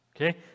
okay